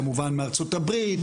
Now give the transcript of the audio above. כמובן מארצות הברית,